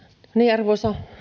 arvoisa